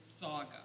saga